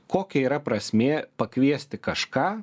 kokia yra prasmė pakviesti kažką